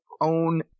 own